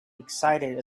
excited